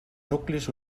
nuclis